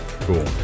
Cool